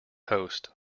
host